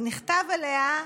ונכתב עליה: